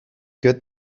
good